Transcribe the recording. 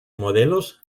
modelos